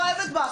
אני מאוהבת בך.